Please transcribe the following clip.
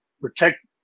protect